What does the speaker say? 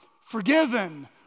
forgiven